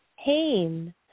pain